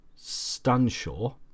Stanshaw